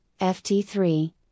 FT3